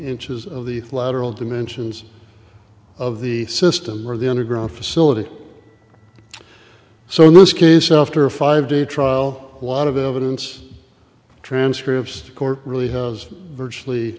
inches of the lateral dimensions of the system or the underground facility so in this case after a five day trial lot of evidence transcripts the court really has virtually